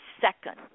second